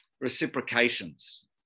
reciprocations